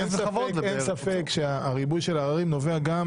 אין ספק שהריבוי של העררים נובע גם